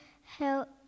help